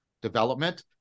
development